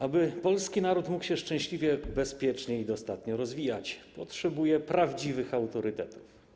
Aby polski naród mógł się szczęśliwie, bezpiecznie i dostatnio rozwijać, potrzebuje prawdziwych autorytetów.